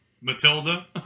Matilda